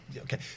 Okay